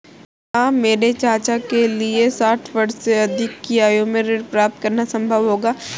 क्या मेरे चाचा के लिए साठ वर्ष से अधिक की आयु में ऋण प्राप्त करना संभव होगा?